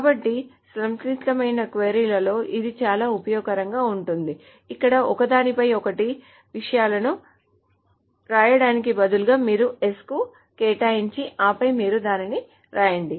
కాబట్టి సంక్లిష్టమైన క్వరీ లలో ఇది చాలా ఉపయోగకరంగా ఉంటుంది ఇక్కడ ఒకదానిపై ఒకటి విషయాలను వ్రాయడానికి బదులుగా మీరు s కు కేటాయించి ఆపై మీరు దానిని వ్రాయండి